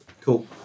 Cool